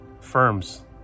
firms